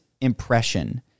impression